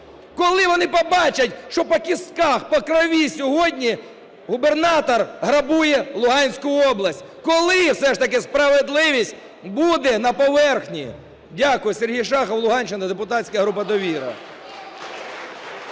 коли вони побачать, що по кістках, по крові сьогодні губернатор грабує Луганську область. Коли все ж таки справедливість буде на поверхні? Дякую. Сергій Шахов, Луганщина, депутатська група "Довіра".